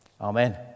Amen